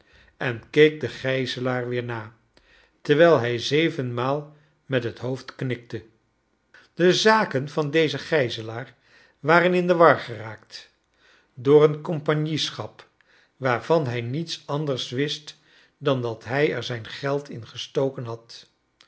en keek den gijzelaar weer na terwijl hij zeven maal met het hoofd knikte de zaken van dezen gijzelaar waren in de war geraakt door een compagnieschap waarvan hij niets anders wist dan dat hij er zijn geld in gestoken had